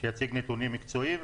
שיציג נתונים מקצועיים,